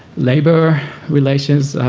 labour relations.